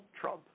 Trump